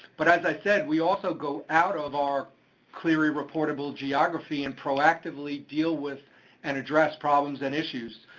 but as i said, we also go out of our cleary reportable geography and proactively deal with and address problems and issues.